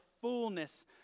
fullness